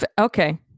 okay